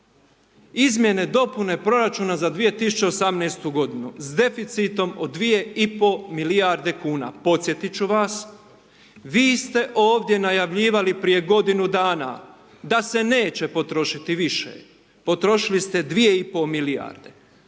Izmjene, dopune proračuna za 2018.-tu godinu s deficitom od 2,5 milijarde kuna. Podsjetiti ću vas, vi ste ovdje najavljivali prije godinu dana da se neće potrošiti više, potrošili ste 2,5 milijarde.